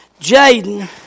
Jaden